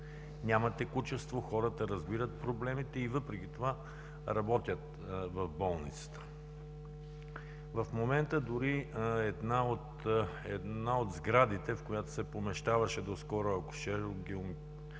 Няма текучество. Хората разбират проблемите и въпреки това работят в нея. В момента дори една от сградите, в която се помещаваше доскоро